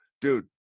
Dude